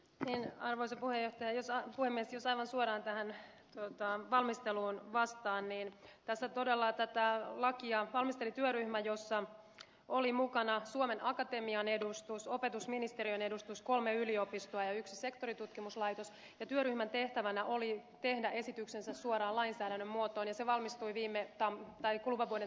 ennen arvoiset puheet ja jossa jos aivan suoraan tähän kysymykseen valmistelusta vastaan niin tässä todella tätä lakia valmisteli työryhmä jossa oli mukana suomen akatemian edustus opetusministeriön edustus kolme yliopistoa ja yksi sektoritutkimuslaitos ja työryhmän tehtävänä oli tehdä esityksensä suoraan lainsäädännön muotoon ja se valmistui kuluvan vuoden tammikuussa